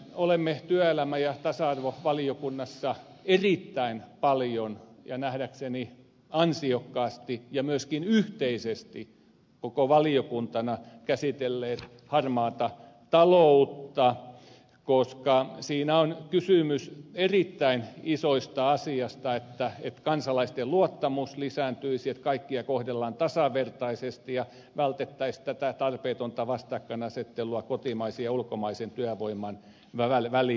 olemme työelämä ja tasa arvovaliokunnassa erittäin paljon ja nähdäkseni ansiokkaasti ja myöskin yhteisesti koko valiokuntana käsitelleet harmaata taloutta koska siinä on kysymys erittäin isosta asiasta että kansalaisten luottamus lisääntyisi että kaikkia kohdellaan tasavertaisesti ja vältettäisiin tätä tarpeetonta vastakkainasettelua kotimaisen ja ulkomaisen työvoiman tavalle väli